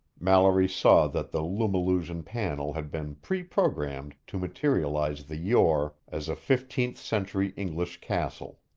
mallory saw that the lumillusion panel had been pre-programmed to materialize the yore as a fifteenth-century english castle.